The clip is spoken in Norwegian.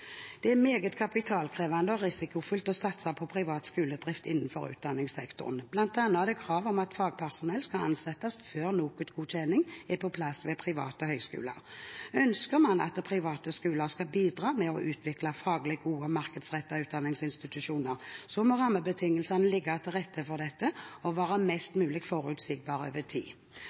Det er meget kapitalkrevende og risikofylt å satse på privat skoledrift innenfor utdanningssektoren. Blant annet er det krav om at fagpersonell skal ansettes før NOKUT-godkjenning er på plass ved private høyskoler. Ønsker man at private skoler skal bidra med å utvikle faglig gode og markedsrettede utdanningsinstitusjoner, må rammebetingelsene ligge til rette for dette og være mest mulig forutsigbare over tid.